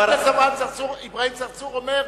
חבר הכנסת אברהים צרצור אומר: